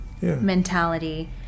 mentality